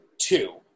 two